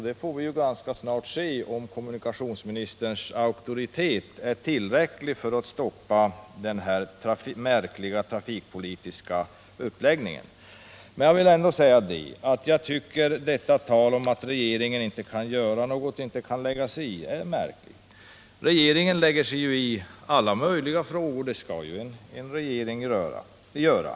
Vi får ganska snart se om kommunikationsministerns auktoritet är tillräcklig för att stoppa den här märkliga trafikpolitiska uppläggningen. Jag tycker att detta tal om att regeringen inte kan lägga sig i är märkligt. Regeringen lägger sig ju i alla möjliga frågor — det skall ju en regering göra.